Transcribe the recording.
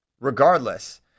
regardless